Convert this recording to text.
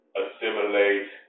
assimilate